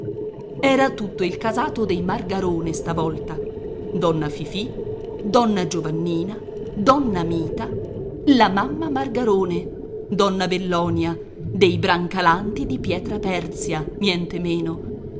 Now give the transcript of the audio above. era tutto il casato dei margarone stavolta donna fifì donna giovannina donna mita la mamma margarone donna bellonia dei bracalanti di pietraperzia nientemeno